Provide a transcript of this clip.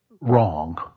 wrong